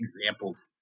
examples